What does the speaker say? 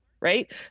Right